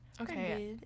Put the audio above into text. Okay